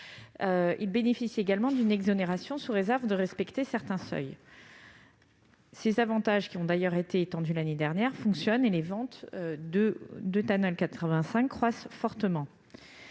bénéficient également d'une exonération, sous réserve de respecter certains seuils. Ces divers avantages, qui ont été étendus l'année dernière, fonctionnent : les ventes de superéthanol E85 croissent fortement.